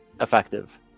effective